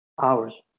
hours